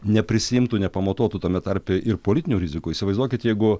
neprisiimtų nepamatuotų tame tarpe ir politinių rizikų įsivaizduokit jeigu